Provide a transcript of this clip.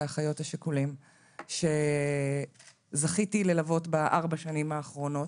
האחיות השכולים שזכיתי ללוות בארבע השנים האחרונות,